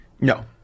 No